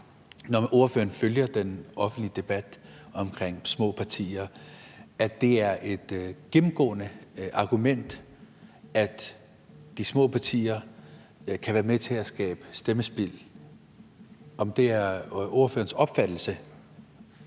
når ordføreren følger den offentlige debat om små partier, at det er et gennemgående argument, at de små partier kan være med til at skabe stemmespild. Er det ordførerens opfattelse?